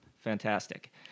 fantastic